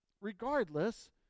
regardless